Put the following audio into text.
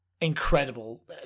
incredible